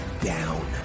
down